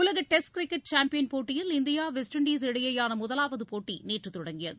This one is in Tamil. உலக டெஸ்ட் கிரிக்கெட் சாம்பியன் போட்டியில் இந்தியா வெஸ்ட் இண்டஸ் இடையேயான முதலாவது போட்டி நேற்று தொடங்கியது